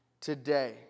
today